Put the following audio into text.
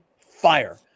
fire